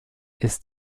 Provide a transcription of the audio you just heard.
ist